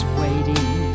waiting